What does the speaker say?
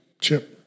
chip